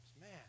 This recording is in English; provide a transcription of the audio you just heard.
Man